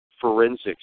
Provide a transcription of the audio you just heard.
forensics